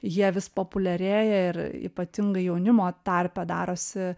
jie vis populiarėja ir ypatingai jaunimo tarpe darosi